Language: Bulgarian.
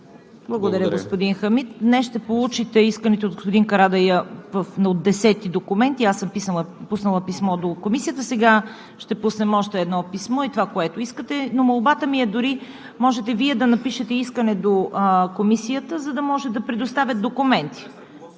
Благодаря, господин Хамид. Днес ще получите исканите от господин Карадайъ от 10-и документи. Аз съм пуснала писмо до Комисията. Сега ще пуснем още едно писмо за това, което искате, но молбата ми е, дори можете Вие да напишете искане до Комисията, за да може да предоставят документи.